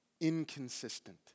inconsistent